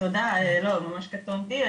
לא אני ממש קטונתי.